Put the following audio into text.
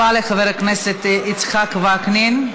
תודה רבה לחבר הכנסת יצחק וקנין.